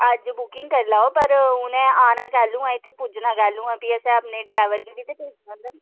अज्ज बुकिंग करी लैओ पर ते उ'नें आना कैह्लू ऐ इत्थै पुज्जना कैह्लू ऐ फ्ही असें अपने ड्रैवर गी बी ते पुच्छना होंदा नी